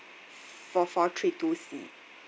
four four three two C